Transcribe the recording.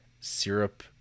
syrup